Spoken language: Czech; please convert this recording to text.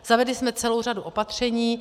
Zavedli jsme celou řadu opatření.